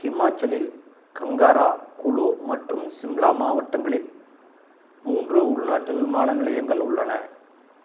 ஹிமாச்சலில் காங்காரா குழு மற்றும் சிம்லா மாவட்டங்களில் மூன்று உள்நாட்டு விமான நிலையங்கள் உள்ளன